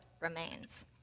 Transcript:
remains